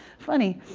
funny!